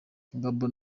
gabon